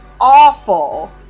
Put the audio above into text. awful